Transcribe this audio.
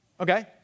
Okay